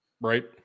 Right